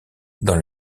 dans